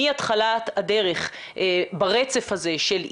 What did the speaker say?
מהתחלת הדרך ברצף הזה של איתור,